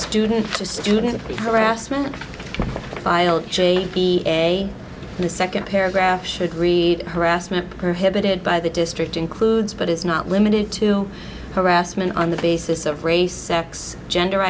student to student body harassment filed j p a in the second paragraph should read harassment prohibited by the district includes but is not limited to harassment on the basis of race sex gender